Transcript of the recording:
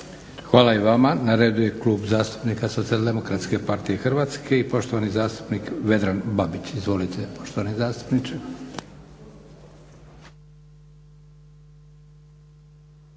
Hvala i vama. Na redu je Klub zastupnika SDP-a Hrvatske i poštovani zastupnik Vedran Babić. Izvolite poštovani zastupniče.